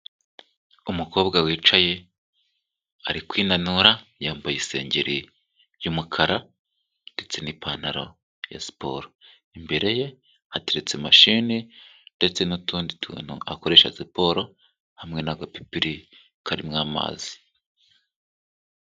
Umukobwa wicaye ari kwinanura yambaye isengeri y'umukara ndetse n'ipantaro ya siporo, imbere ye hateretse mashini ndetse n'utundi tuntu akoresha siporo hamwe n'agapipiri karimo amazi.